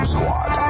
Squad